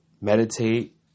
meditate